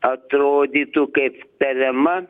atrodytų kaip tariama